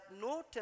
no